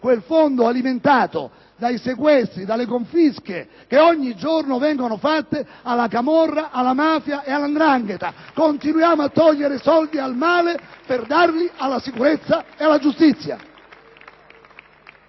quel fondo alimentato dai sequestri e dalle confische che ogni giorno vengono fatte alla camorra, alla mafia e alla 'ndrangheta. Continuiamo a togliere soldi al male per darli alla sicurezza e alla giustizia.